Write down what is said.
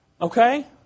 Okay